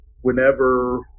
whenever